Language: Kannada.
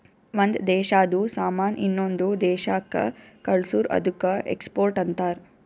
ಒಂದ್ ದೇಶಾದು ಸಾಮಾನ್ ಇನ್ನೊಂದು ದೇಶಾಕ್ಕ ಕಳ್ಸುರ್ ಅದ್ದುಕ ಎಕ್ಸ್ಪೋರ್ಟ್ ಅಂತಾರ್